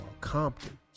Compton